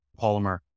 polymer